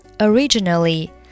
Originally